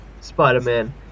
Spider-Man